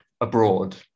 abroad